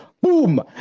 Boom